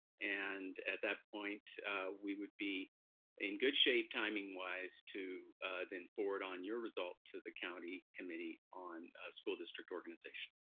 and at that point we would be in good shape timing-wise to then forward on your result to the county committee on school district organization.